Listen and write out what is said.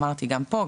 אמרתי גם פה,